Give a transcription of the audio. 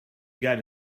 guide